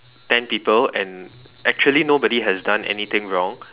ten people and actually nobody has done anything wrong